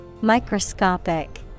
Microscopic